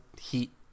heat